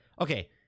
Okay